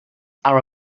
are